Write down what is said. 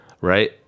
Right